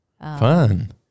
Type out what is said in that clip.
fun